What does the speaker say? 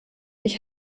ich